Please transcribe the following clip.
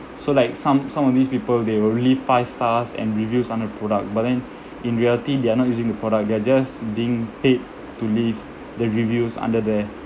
so like some some of these people they will leave five stars and reviews under product but then in reality they're not using the product they're just being paid to leave the reviews under there